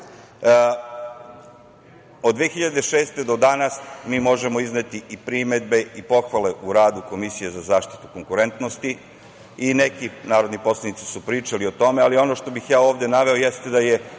godine do danas mi možemo izneti i primedbe i pohvale u radu Komisije za zaštitu konkurentnosti i neki narodni poslanici su pričali o tome, ali ono što bih ja ovde naveo jeste da je